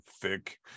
thick